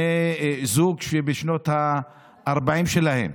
זוג בשנות ה-40 שלהם.